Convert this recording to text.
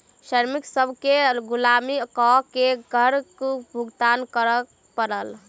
श्रमिक सभ केँ गुलामी कअ के कर भुगतान करअ पड़ल